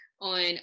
on